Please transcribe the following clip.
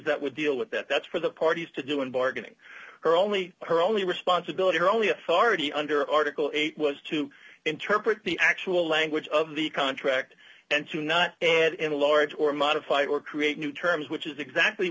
that would deal with that that's for the parties to do in bargaining her only her only responsibility her only authority under article eight was to interpret the actual language of the contract and to not add in large or modify or create new terms which is exactly